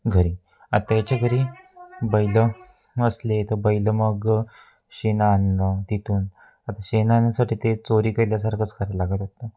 घरी आता येच्या घरी बैल असले तर बैल मग शेण आणणं तिथून आता शेण आणण्यासाठी ते चोरी केल्यासारखंच करा लागतं होतं